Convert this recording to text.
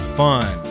fun